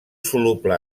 soluble